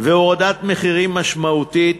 ולהורדת מחירים משמעותית